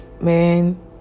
man